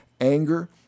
anger